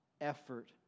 effort